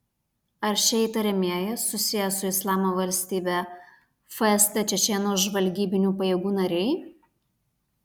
ar šie įtariamieji susiję su islamo valstybe fst čečėnų žvalgybinių pajėgų nariai